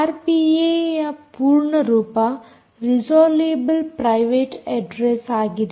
ಆರ್ಪಿಏಯ ಪೂರ್ಣ ರೂಪ resolvable private address ಆಗಿದೆ